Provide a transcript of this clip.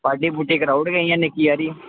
party पूर्टी कराई ओड़गे इ'यां निक्की हारी